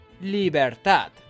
Libertad